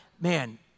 man